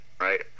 right